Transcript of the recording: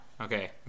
Okay